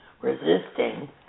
resisting